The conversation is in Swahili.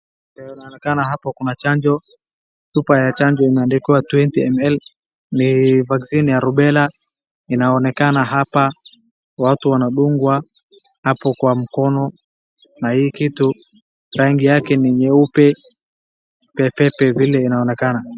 Vile inaonekana hapo kuna chanjo, chupa ya chanjo ambayo imeandikwa MMR ni vaccine ya rubela inaonekana hapa, watu wanadungwa hapo kwa mkono na hii kitu rangi yake ni nyeupe pepepe vile inaonekana.